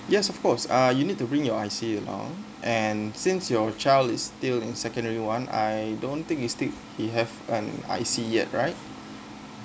yes of course uh you need to bring your I_C along and since your child is still in secondary one I don't think he still he have an I_C yet right